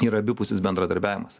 yra abipusis bendradarbiavimas